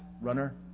runner